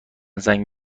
زنگ